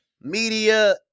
media